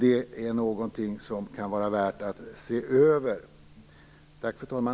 Det är någonting som kan vara värt att se över. Tack, fru talman!